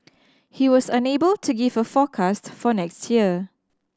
he was unable to give a forecast for next year